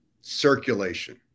Circulation